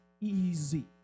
easy